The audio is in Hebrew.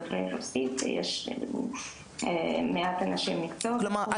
דוברי רוסית ויש מעט אנשי מקצוע --- כלומר,